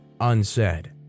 unsaid